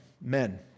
men